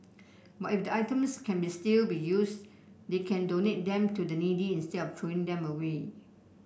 but if the items can be still be used they can donate them to the needy instead of throwing them away